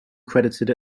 credited